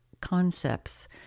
concepts